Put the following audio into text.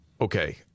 Okay